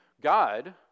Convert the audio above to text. God